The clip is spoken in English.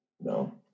No